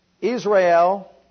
Israel